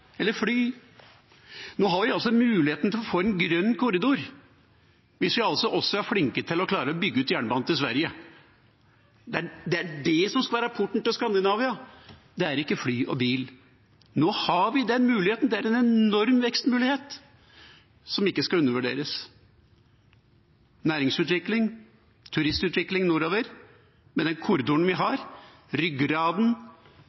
eller fly. Nå har vi mulighet til å få en grønn korridor hvis vi også er flinke til å bygge ut jernbanen til Sverige. Det er det som skal være porten til Skandinavia – det er ikke fly og bil. Nå har vi den muligheten, en enorm vekstmulighet, som ikke skal undervurderes. Næringsutvikling, turistutvikling nordover, med den korridoren vi